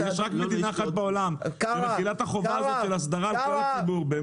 יש רק מדינה אחת בעולם שמטילה את החובה הזאת של הסדרה על כל הציבור.